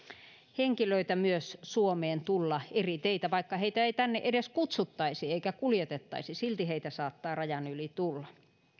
henkilöitä myös suomeen tulla eri teitä vaikka heitä ei tänne edes kutsuttaisi eikä kuljetettaisi silti heitä saattaa rajan yli tulla